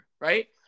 Right